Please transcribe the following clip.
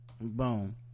boom